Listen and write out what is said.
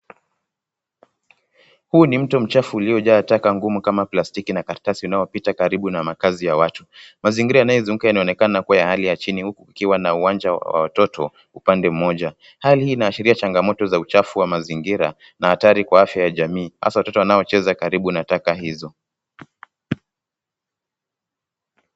Huu ni mto mchafu uliojaa taka ngumu kama plastiki na karatasi, unaopita karibu na makazi ya watu. Mazingira yanaozunguza yanaonekana kuwa ya hali ya chini, uku ikiwa na uwanja wa watoto upande mmoja. Hali hii inaashiria changamoto za uchafuzi wa mazingira na hatari kwa afya ya jamii, hasa watoto wanaocheza karibu na taka hizo.